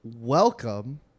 Welcome